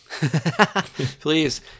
Please